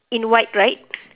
in white right